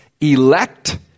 elect